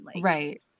Right